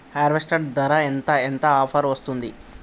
Harvester ధర ఎంత ఎంత ఆఫర్ వస్తుంది?